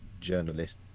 journalist